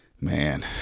Man